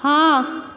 हॅं